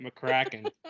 McCracken